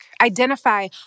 Identify